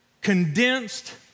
condensed